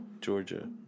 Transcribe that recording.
Georgia